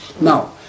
Now